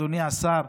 אדוני השר: